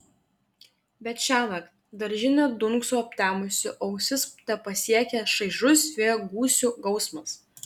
bet šiąnakt daržinė dunkso aptemusi o ausis tepasiekia šaižus vėjo gūsių gausmas